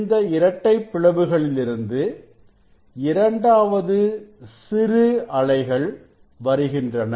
இந்த இரட்டைப் பிளவுகளிலிருந்து இரண்டாவது சிறு அலைகள் வருகின்றன